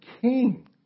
king